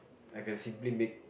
I can simply make